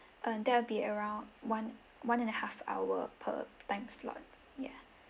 um that will be around one one and a half hour per time slot yeah